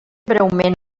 breument